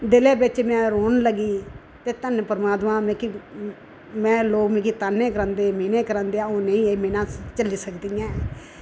दिले बिच में रोन लगी ते धन परमात्मा मिगी में लोग मिगी तान्ने करांदे मीने करांदे ते अ'ऊं नेईं ऐ मीने झल्ली सकदी ऐ